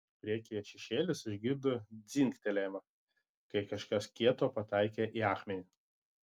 priekyje šešėlis išgirdo dzingtelėjimą kai kažkas kieto pataikė į akmenį